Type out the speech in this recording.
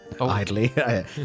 idly